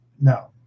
no